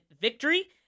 victory